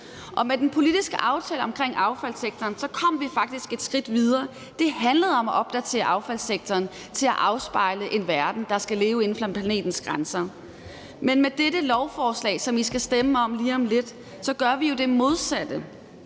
Med den politiske aftale omkring affaldssektoren kom vi faktisk et skridt videre. Det handlede om at opdatere affaldssektoren til at afspejle en verden, der skal leve inden for planetens grænser. Men med dette lovforslag, som vi skal stemme om lige om lidt, gør vi jo det modsatte,